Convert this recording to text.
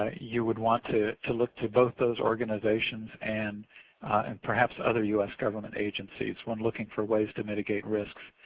ah you would want to to look to both those organizations and and perhaps other u s. government agencies when looking for ways to mitigate risks.